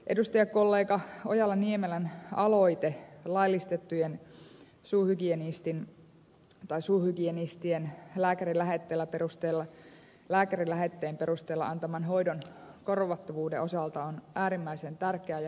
edustajakollega ojala niemelän aloite laillistettujen suuhygienistien lääkärin lähetteen perusteella antaman hoidon korvattavuudesta on äärimmäisen tärkeä ja hyvä aloite